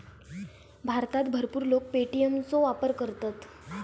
भारतात भरपूर लोक पे.टी.एम चो वापर करतत